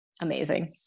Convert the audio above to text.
amazing